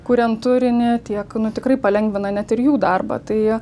kuriant turinį tiek nu tikrai palengvina net ir jų darbą tai